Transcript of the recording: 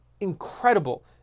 incredible